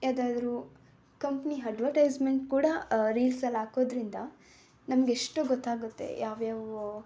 ಯಾವುದಾದ್ರೂ company advertisement ಕೂಡ ರೀಲ್ಸಲ್ಲಿ ಹಾಕೋದ್ರಿಂದ ನಮ್ಗೆ ಎಷ್ಟೋ ಗೊತ್ತಾಗುತ್ತೆ ಯಾವ್ಯಾವು